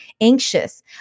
anxious